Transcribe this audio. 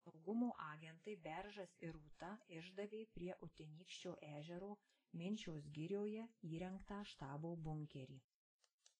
saugumo agentai beržas ir rūta išdavė prie utenykščio ežero minčios girioje įrengtą štabo bunkerį